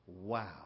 Wow